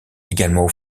également